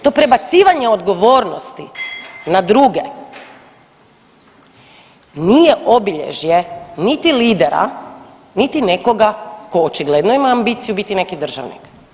To prebacivanje odgovornosti na druge nije obilježje niti lidera, niti nekoga tko očigledno ima ambiciju biti neki državnik.